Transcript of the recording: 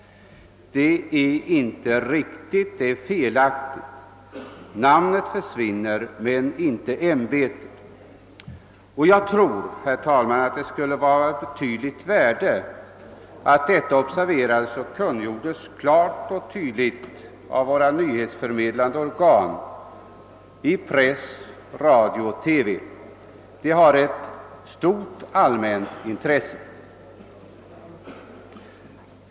Det är inte riktigt. Namnet försvinner men inte ämbetet. Det skulle, herr talman, vara av betydande värde att detta observerades och kungjordes klart och tydligt av våra nyhetsförmedlande organ: i press, radio och TV. Det är av stort allmänt intresse.